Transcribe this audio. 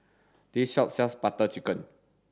this shop sells Butter Chicken